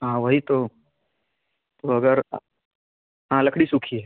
हाँ वही तो तो अगर हाँ लकड़ी सूखी है